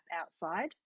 outside